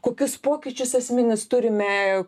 kokius pokyčius esminius turime